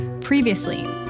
Previously